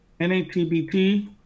NATBT